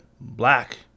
Black